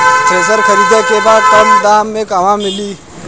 Thresher खरीदे के बा कम दाम में कहवा मिली?